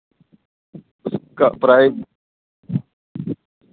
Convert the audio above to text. इसका प्राइज